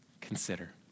Consider